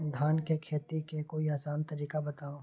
धान के खेती के कोई आसान तरिका बताउ?